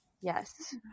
Yes